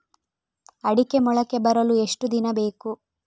ಅಡಿಕೆ ಮೊಳಕೆ ಬರಲು ಎಷ್ಟು ದಿನ ಬೇಕು?